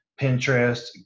pinterest